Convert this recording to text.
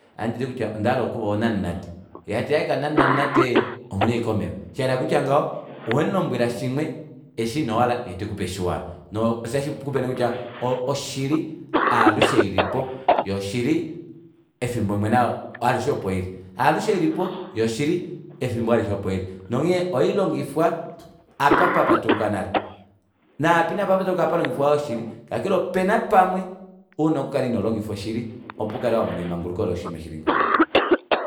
Anditi kutya ondahala onamunate yee otati kutya aaye kakuna onamunate omuna ashike omeva shayela kutya ngaho owemulombwela shimwe osho inohala yee tekuoe eshi wahala noo ota shikupe nee kutya oshili haalushe ilipo yoo oshili efimbo limwe nayo alushe opo ili. haalushe ilipo yoo oshili efimbo alishe opo ili ngonghee ohailongifwa apa papatuluka nale naapa ina papatuluka ohapalongifwa yoo oshili kakele opena pamwe una oku kala inolngifa oshili opo ukale wamona emanguluko loshiima shili ngaho